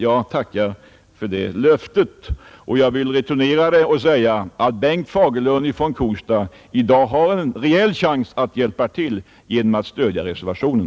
Jag tackar för det löftet och vill returnera det och säga, att Bengt Fagerlund från Kosta redan i dag har en rejäl chans att hjälpa till genom att stödja reservationen.